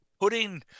putting